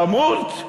למות,